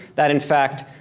that in fact,